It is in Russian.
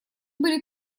были